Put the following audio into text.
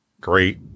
great